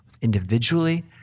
individually